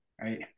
right